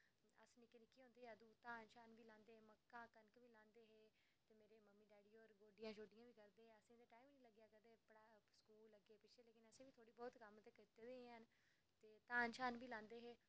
अस निक्के निक्के होंदे ते अदूं धान बी लांदे हे मक्कां बी लांदे हे ते मम्मी डैडी होर गोड्डियां बी करदे हे ते टाईम निं लग्गेआ कदें ते कम्म करदे बी हैन ते धान बी लांदे हे